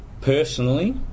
Personally